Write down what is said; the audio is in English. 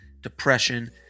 depression